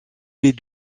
les